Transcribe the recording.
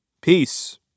Peace